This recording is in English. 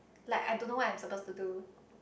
like I don't know when suppose to do